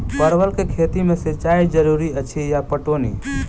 परवल केँ खेती मे सिंचाई जरूरी अछि या पटौनी?